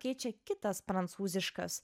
keičia kitas prancūziškas